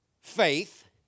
faith